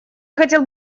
хотел